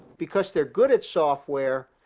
because they're good at software,